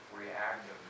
reactive